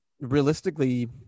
realistically